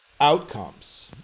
outcomes